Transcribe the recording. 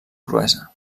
cruesa